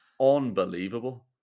Unbelievable